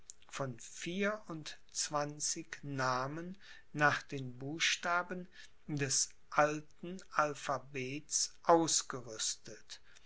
von vier und zwanzig namen nach den buchstaben des alten alphabets ausgerüstet